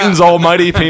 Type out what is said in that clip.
almighty